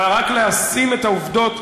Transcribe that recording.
אבל רק לשים את העובדות,